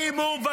תקימו,